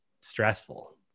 stressful